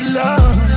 love